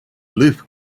loup